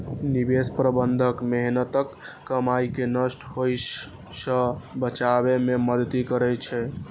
निवेश प्रबंधन मेहनतक कमाई कें नष्ट होइ सं बचबै मे मदति करै छै